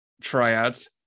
tryouts